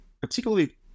particularly